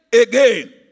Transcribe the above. again